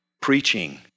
preaching